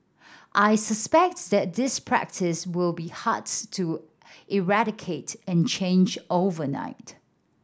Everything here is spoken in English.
I suspect that this practice will be hard to eradicate and change overnight